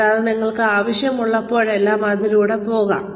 കൂടാതെ നിങ്ങൾക്ക് ആവശ്യമുള്ളപ്പോഴെല്ലാം അതിലൂടെ പോകാം